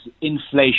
inflation